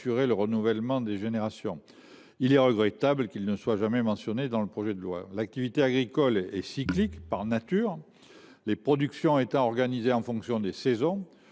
le renouvellement des générations. Il est regrettable qu’il ne soit jamais mentionné dans le projet de loi. L’activité agricole est, par nature, cyclique, les productions étant organisées en fonction des saisons.